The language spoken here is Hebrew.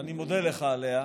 ואני מודה לך עליה.